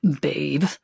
babe